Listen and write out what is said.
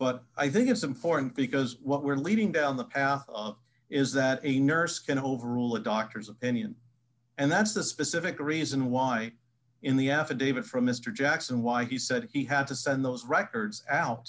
but i think it's important because what we're leading down the path is that a nurse can overrule a doctor's opinion and that's the specific reason why in the affidavit from mr jackson why he said he had to send those records out